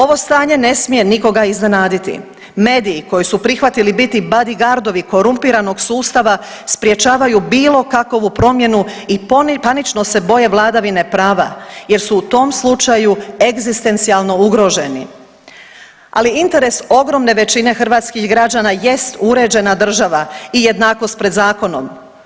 Ovo stanje ne smije nikoga iznenaditi, mediji koji su prihvatili biti badigardovi korumpiranog sustava sprječavaju bilo kakvu promjenu i panično se boje vladavine prava jer su u tom slučaju egzistencijalno ugroženi, ali interes ogromne većine hrvatskih građana jest uređena država i jednakost pred zakonom.